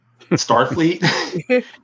Starfleet